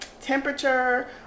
temperature